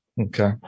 okay